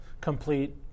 complete